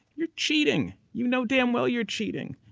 you're cheating! you know damn well you're cheating.